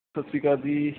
ਸਤਿ ਸ਼੍ਰੀ ਅਕਾਲ ਜੀ